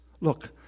Look